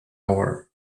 hour